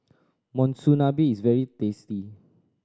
monsunabe is very tasty